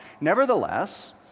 Nevertheless